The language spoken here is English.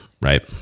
right